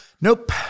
Nope